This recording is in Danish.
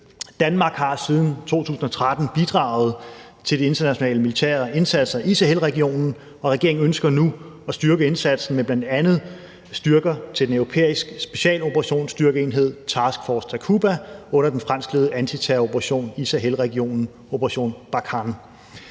Danmark har siden 2013 bidraget til de internationale militære indsatser i Sahelregionen, og regeringen ønsker nu at styrke indsatsen med bl.a. styrker til den europæiske specialoperationsstyrkeenhed Task Force Takuba under den franskledede antiterroroperation i Sahelregionen, nemlig »Operation Barkhane«.